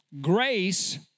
Grace